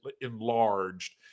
enlarged